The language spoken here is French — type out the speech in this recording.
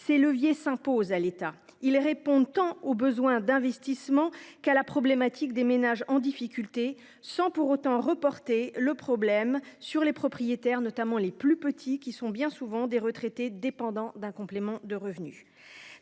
ces mesures s'imposent à l'État. Elles répondent aux besoins d'investissement comme à la problématique des ménages en difficulté, sans pour autant reporter le problème sur les propriétaires, notamment les plus petits d'entre eux, qui sont souvent des retraités dépendants de ce complément de revenus.